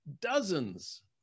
dozens